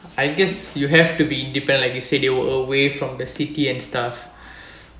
I guess you have to be independent like you said they were away from the city and stuff